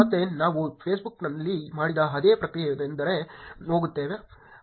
ಮತ್ತೆ ನಾವು ಫೇಸ್ಬುಕ್ನಲ್ಲಿ ಮಾಡಿದ ಅದೇ ಪ್ರಕ್ರಿಯೆಯಿದ್ದರೂ ಹೋಗುತ್ತೇವೆ